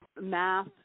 Math